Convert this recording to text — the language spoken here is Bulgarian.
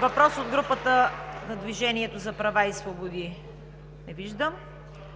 Въпрос от групата на „Движението за права и свободи“? Не виждам.